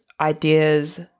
ideas